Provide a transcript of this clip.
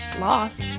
lost